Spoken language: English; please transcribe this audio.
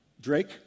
Drake